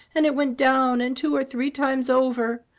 and it went down, and two or three times over.